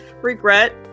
regret